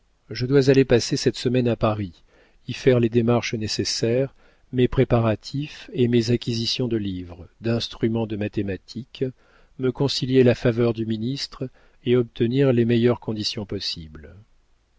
je dois aller passer cette semaine à paris y faire les démarches nécessaires mes préparatifs et mes acquisitions de livres d'instruments de mathématiques me concilier la faveur du ministre et obtenir les meilleures conditions possibles